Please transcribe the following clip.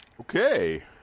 okay